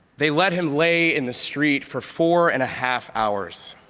they let him lay in the street for four and a half hours.